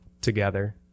together